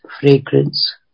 fragrance